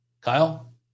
Kyle